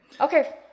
Okay